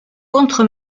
contre